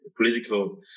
political